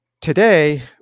today